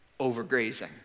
overgrazing